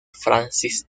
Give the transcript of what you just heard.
francis